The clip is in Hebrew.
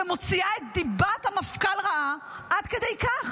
ומוציאה את דיבת המפכ"ל רעה עד כדי כך